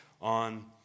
on